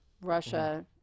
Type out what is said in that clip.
Russia